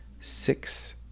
six